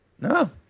No